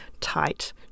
tight